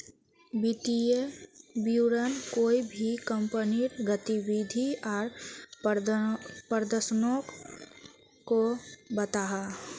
वित्तिय विवरण कोए भी कंपनीर गतिविधि आर प्रदर्शनोक को बताहा